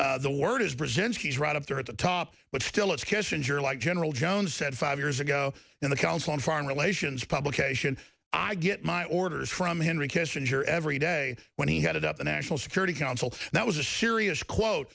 obviously the word is present he's right up there at the top but still it's kissinger like general jones said five years ago in the council on foreign relations publication i get my orders from henry kissinger every day when he headed up the national security council that was a serious quote